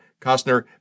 Costner